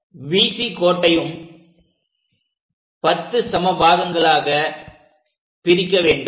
BC கோட்டையும் 10 சம பாகங்களாக பிரிக்க வேண்டும்